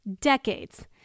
Decades